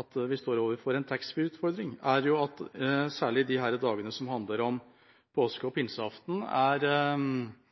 at vi står overfor en taxfree-utfordring, er at særlig påskeaften og pinseaften er dager hvor det er stor handelslekkasje til Sverige, noe som nok er